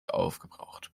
aufgebraucht